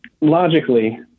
logically